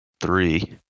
three